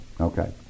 Okay